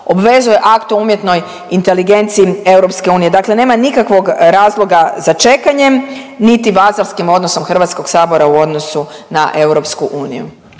obvezuje akt o umjetnoj inteligenciji EU. Dakle, nema nikakvog razloga za čekanje, niti vazalskim odnosom Hrvatskog sabora u odnosu na EU.